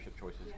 choices